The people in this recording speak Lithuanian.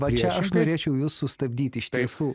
va čia aš norėčiau jus sustabdyti iš tiesų